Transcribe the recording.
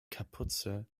kapuze